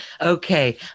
okay